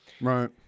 Right